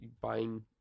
buying